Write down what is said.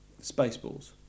Spaceballs